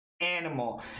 animal